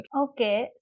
okay